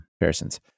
comparisons